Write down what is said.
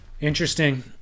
Interesting